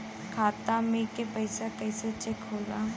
खाता में के पैसा कैसे चेक होला?